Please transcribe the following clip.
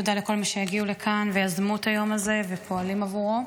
תודה לכל מי שהגיעו לכאן ויזמו את היום הזה ופועלים עבורו.